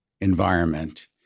environment